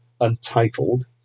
untitled